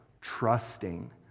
trusting